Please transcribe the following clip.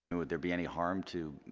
would there be any harm to